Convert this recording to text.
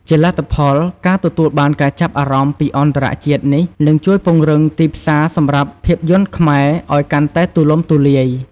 ជាលទ្ធផល ការទទួលបានការចាប់អារម្មណ៍ពីអន្តរជាតិ នេះនឹង ជួយពង្រីកទីផ្សារសម្រាប់ភាពយន្តខ្មែរ ឱ្យកាន់តែទូលំទូលាយ។